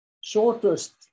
shortest